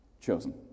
chosen